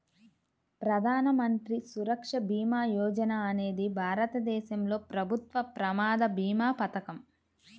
ప్రధాన మంత్రి సురక్ష భీమా యోజన అనేది భారతదేశంలో ప్రభుత్వ ప్రమాద భీమా పథకం